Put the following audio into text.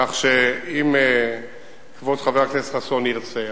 כך שאם כבוד חבר הכנסת חסון ירצה,